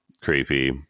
creepy